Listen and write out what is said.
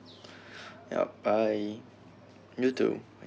ya bye you too